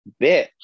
bitch